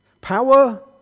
Power